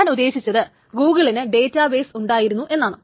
ഞാൻ ഉദ്ദേശിച്ചത് ഗൂഗിളിന് ഡേറ്റാബേസ് ഉണ്ടായിരുന്നു എന്നാണ്